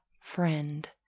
friend